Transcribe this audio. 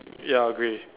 ya grey